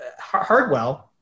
Hardwell